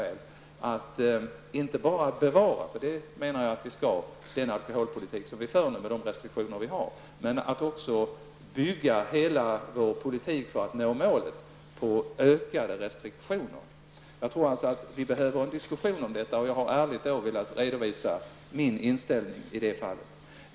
Vi skall inte bara bevara den alkoholpolitiska politik som vi för med nuvarande restriktioner, utan vi skall också försöka bygga vår politik på att nå målet, dvs. ökade restriktioner. Jag tror att vi behöver föra en diskussion om detta. Jag har ärligt försökt redovisa min inställning i det fallet.